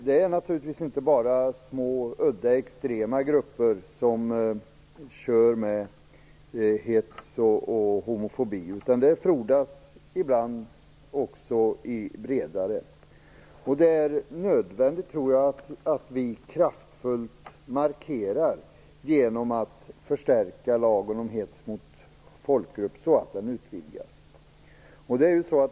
Det är naturligtvis inte bara små, udda och extrema grupper som kör med hets och homofobi, utan det frodas ibland också i bredare grupper. Det är nödvändigt att vi gör en kraftfull markering genom att förstärka lagen om hets mot folkgrupp så att den utvidgas.